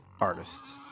artists